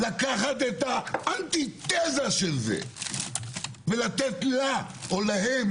לקחת את האנטיתזה של זה ולתת לה או להם,